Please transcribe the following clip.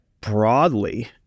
broadly